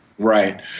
Right